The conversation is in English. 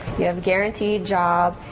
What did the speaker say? you have a guaranteed job,